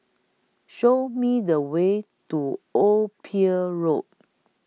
Show Me The Way to Old Pier Road